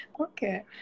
okay